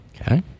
Okay